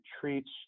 treats